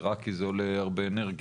זה רע כי זה עולה הרבה אנרגיה.